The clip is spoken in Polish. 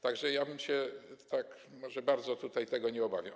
Tak że ja bym się tak bardzo tutaj tego nie obawiał.